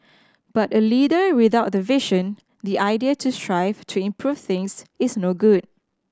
but a leader without the vision the idea to strive to improve things is no good